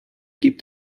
gibt